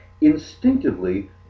instinctively